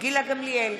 גילה גמליאל,